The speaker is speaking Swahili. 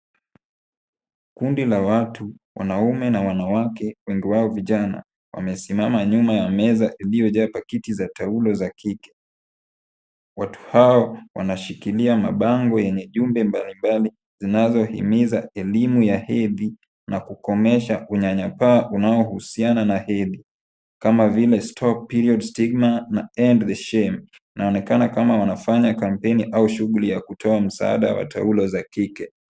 Kundi la watu wanaume na wanawake wengi wao vijana, wamesimama nyuma ya meza iliojaa pakiti za taulo za kike, watu hawa wanashikilia mabango yenye jumbe mbalimbali zinazohimiza elimu ya hedhi na kukomesha unyanyapaa unaohusiana na hedhi, kama vile 'stop period stigma' na 'end the shame' naonekana kama wanafanya kampeni au shughuli ya kutoa msaada wa taulo za kike.